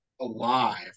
alive